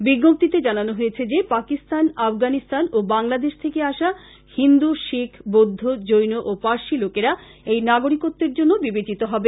বিজ্ঞপ্তিতে জানানো হয়েছে যে পাকিস্থান আফগানিস্থান ও বাংলাদেশ থেকে আসা হিন্দু শিখ বৌদ্ধ জৈন ও পার্সি লোকেরা এই নাগরিকত্বের জন্য বিবেচিত হবে